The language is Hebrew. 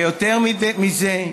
ויותר מזה,